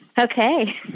okay